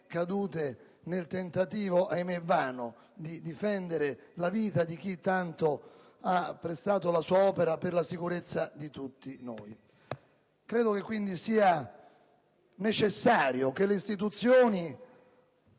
nel tentativo - ahimè vano - di difendere la vita di chi tanto ha prestato la sua opera per la sicurezza di tutti noi. Credo quindi sia necessario che le istituzioni